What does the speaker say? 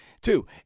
Two